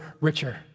richer